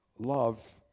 Love